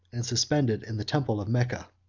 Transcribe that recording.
and suspended in the temple of mecca.